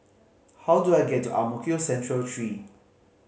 how do I get to Ang Mo Kio Central Three